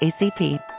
ACP